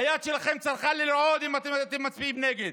היד שלכם צריכה לרעוד אם אתם מצביעים נגד.